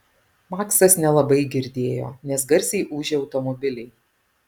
maksas nelabai girdėjo nes garsiai ūžė automobiliai